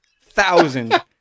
thousand